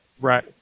Right